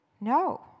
No